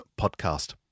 podcast